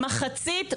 מחצית מהאוכלוסייה,